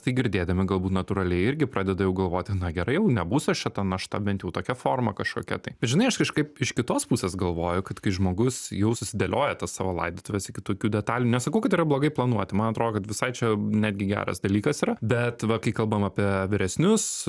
tai girdėdami galbūt natūraliai irgi pradeda jau galvoti na gerai jau nebūsiu aš čia ta našta bent jau tokia forma kažkokia tai žinai aš kažkaip iš kitos pusės galvoju kad kai žmogus jau susidėlioja tas savo laidotuves iki tokių detalių nesakau kad yra blogai planuoti man atrodo kad visai čia netgi geras dalykas yra bet va kai kalbam apie vyresnius